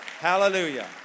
Hallelujah